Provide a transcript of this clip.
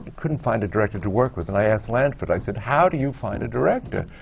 couldn't find a director to work with. and i asked lanford, i said, how do you find a director?